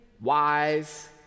wise